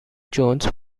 jones